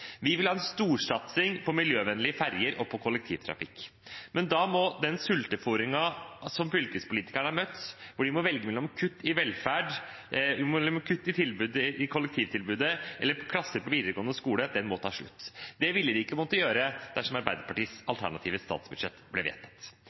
Vi vil ha en storsatsing på miljøvennlige ferger og på kollektivtrafikk, men da må sultefôringen som fylkespolitikerne har møtt, hvor de må velge mellom kutt i velferd, kutt i kollektivtilbudet eller plasser på videregående skole, ta slutt. Det ville de ikke måtte gjøre hvis Arbeiderpartiets